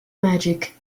magic